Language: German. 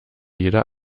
jeder